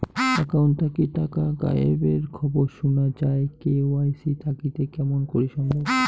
Account থাকি টাকা গায়েব এর খবর সুনা যায় কে.ওয়াই.সি থাকিতে কেমন করি সম্ভব?